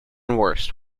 worse